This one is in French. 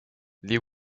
les